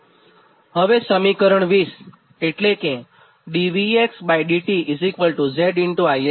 હવેસમીકરણ ૨૦ એટલે કે dVdt z I લઈએ